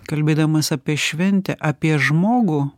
kalbėdamas apie šventę apie žmogų